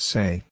Say